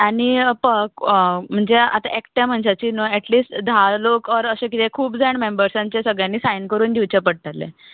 आनी म्हणजें आता एकट्या मनशाची न्हू एटलीस्ट धा लोक कर अशें कितें खूब जाण मेम्बर्सांचें कितें सगळ्यांनी सायन करून दिवचें पडटलें